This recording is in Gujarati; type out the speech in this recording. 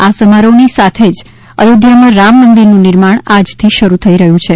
આ સમારોહની સાથે જ અયોધ્યામાં રામ મંદિરનું નિર્માણ આજથી શરૂ થઈ રહ્યું છે